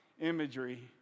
imagery